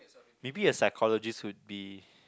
maybe a psychologist would be